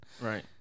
Right